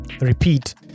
repeat